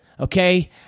Okay